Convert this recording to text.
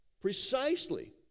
precisely